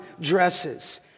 dresses